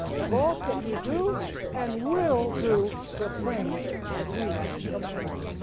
both that you do and will do the things that we command you.